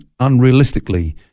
unrealistically